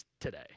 today